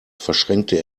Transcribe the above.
verschränkte